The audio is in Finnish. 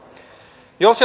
jos